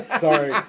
Sorry